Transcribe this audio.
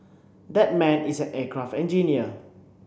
that man is an aircraft engineer